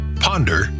ponder